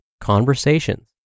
conversations